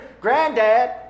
granddad